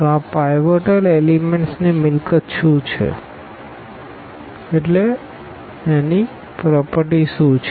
તો આ pivotal elements ની પ્રોપરટી શું છે